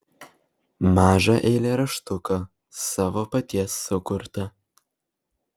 mažą eilėraštuką savo paties sukurtą